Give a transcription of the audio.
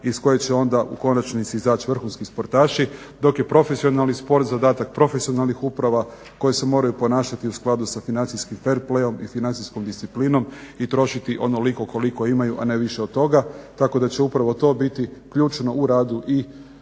iz koje će onda u konačnici izaći vrhunski sportaši, dok je profesionalni sport zadatak profesionalnih uprava koje se moraju ponašati u skladu sa financijskim fer playom i financijskom disciplinom i trošiti onoliko koliko imaju, a ne više od toga. Tako da će upravo to biti ključno u radu i Sportske